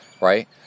right